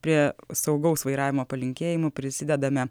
prie saugaus vairavimo palinkėjimų prisidedame